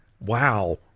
wow